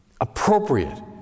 Appropriate